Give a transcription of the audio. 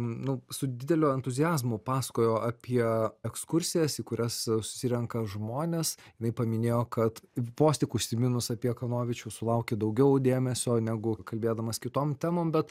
nu su dideliu entuziazmu pasakojo apie ekskursijas į kurias susirenka žmonės bei paminėjo kad vos tik užsiminus apie kanovičių sulaukia daugiau dėmesio negu kalbėdamas kitom temom bet